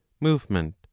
movement